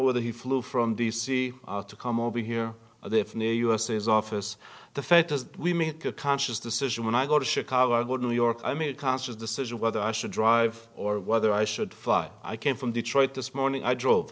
whether he flew from d c to come over here or if near us his office the fed as we make a conscious decision when i go to chicago to new york i made a conscious decision whether i should drive or whether i should fly i came from detroit this morning i